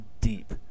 deep